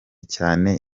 cyane